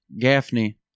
Gaffney